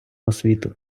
освіту